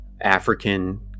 African